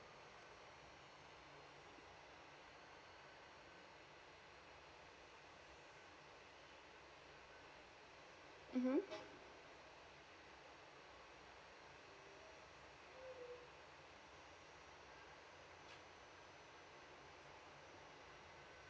mm hmm